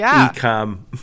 e-com